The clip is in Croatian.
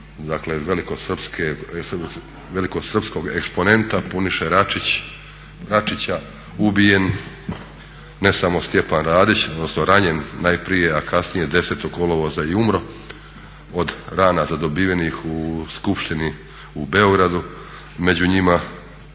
velikosrpskog eksponenta Puniše Račića ubijen ne samo Stjepan Radić, odnosno ranjen najprije, a kasnije 10. kolovoza i umro od rana zadobivenih u skupštini u Beogradu. Među njima,